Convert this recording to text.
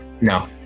No